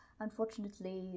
unfortunately